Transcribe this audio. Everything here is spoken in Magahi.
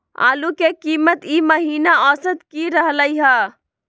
आलू के कीमत ई महिना औसत की रहलई ह?